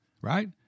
right